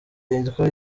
yitwa